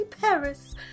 Paris